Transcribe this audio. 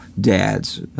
dads